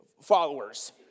followers